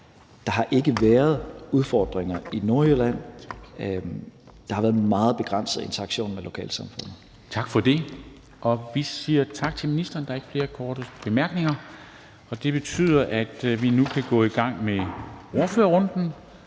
at der ikke har været udfordringer i Nordjylland; der har været meget begrænset interaktion med lokalsamfundet. Kl. 13:18 Formanden (Henrik Dam Kristensen): Tak for det. Og vi siger tak til ministeren. Der er ikke flere korte bemærkninger, og det betyder, at vi nu kan gå i gang med ordførerrunden,